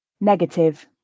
negative